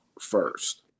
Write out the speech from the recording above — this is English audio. first